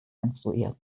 menstruiert